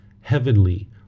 heavenly